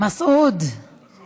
מה קרה, תימנייה בלי חי"ת ועי"ן?